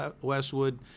Westwood